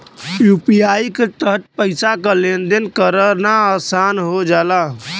UPI के तहत पइसा क लेन देन करना आसान हो जाला